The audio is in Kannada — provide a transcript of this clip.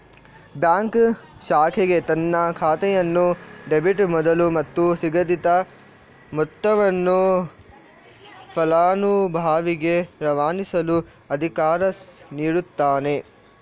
ಬ್ಯಾಂಕ್ ಶಾಖೆಗೆ ತನ್ನ ಖಾತೆಯನ್ನು ಡೆಬಿಟ್ ಮಾಡಲು ಮತ್ತು ನಿಗದಿತ ಮೊತ್ತವನ್ನು ಫಲಾನುಭವಿಗೆ ರವಾನಿಸಲು ಅಧಿಕಾರ ನೀಡುತ್ತಾನೆ